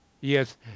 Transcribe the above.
Yes